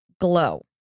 glow